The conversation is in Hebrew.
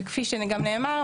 וכפי שגם נאמר,